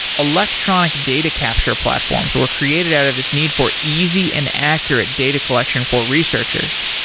electronic data capture platforms were created out of this need for easy and accurate data collection for researchers,